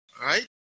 right